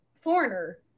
foreigner